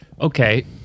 Okay